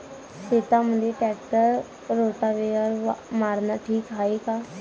शेतामंदी tractor rotavator मारनं ठीक हाये का?